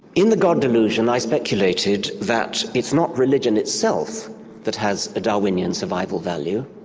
in the god delusion i speculated that it's not religion itself that has a darwinian survival value.